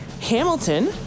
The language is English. Hamilton